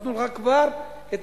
נתנו לך כבר את